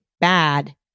bad